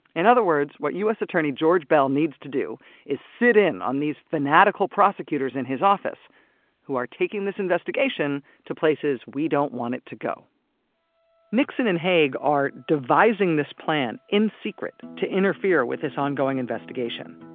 in other words, what u s. attorney george beall needs to do is sit in on these fanatical prosecutors in his office who are taking this investigation to places we don't want it to go nixon and haig are devising this plan, in secret, to interfere with this ongoing investigation.